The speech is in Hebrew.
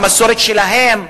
המסורת שלהם,